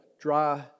dry